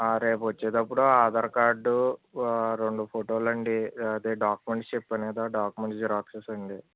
ఆ రేపు వచ్చేటప్పుడు ఆధార్ కార్డు రెండు ఫోటోలు అండి అదే డాక్యుమెంట్స్ చెప్పాను కదా డాక్యుమెంట్స్ జిరాక్సెస్ అండి